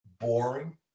boring